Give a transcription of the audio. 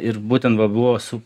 ir būtent va buvo su